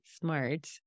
smart